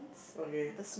okay